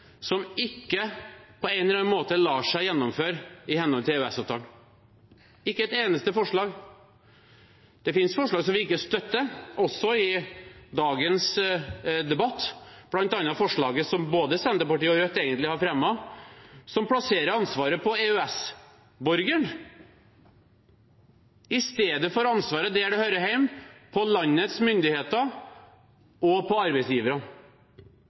som ikke på en eller annen måte lar seg gjennomføre i henhold til EØS-avtalen – ikke et eneste forslag. Det finnes forslag som vi ikke støtter – også i dagens debatt, bl.a. forslag som både Senterpartiet og Rødt har fremmet – som plasserer ansvaret på EØS-borgeren i stedet for der det hører hjemme, på landets myndigheter og på arbeidsgivere.